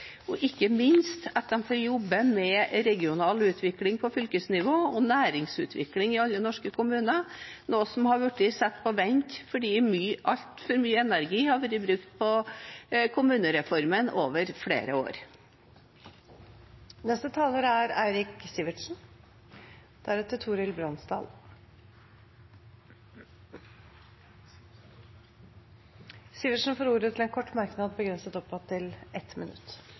og ikke minst at de får jobbe med regional utvikling på fylkesnivå og næringsutvikling i alle norske kommuner, noe som har blitt satt på vent fordi altfor mye energi over flere år har blitt brukt på kommunereformen. Representanten Eirik Sivertsen har hatt ordet to ganger tidligere og får ordet til en kort merknad, begrenset til 1 minutt.